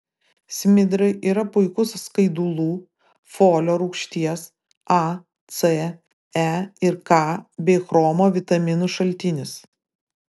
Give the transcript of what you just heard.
smidrai yra puikus skaidulų folio rūgšties a c e ir k bei chromo vitaminų šaltinis